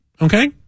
okay